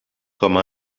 comme